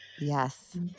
Yes